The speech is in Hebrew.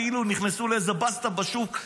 כאילו נכנסו לאיזו בסטה בשוק,